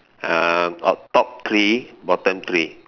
uh on top three bottom three